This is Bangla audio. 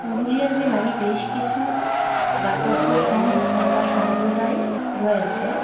পুরুলিয়া জেলায় বেশ কিছু দাতব্য সংস্থা বা সম্প্রদায় রয়েছে